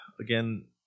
again